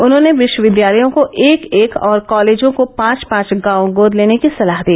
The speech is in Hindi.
उन्होंने विश्वविद्यालयों को एक एक और कॉलेजों को पांच पांच गांव गोद लेने की सलाह दी